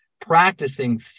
practicing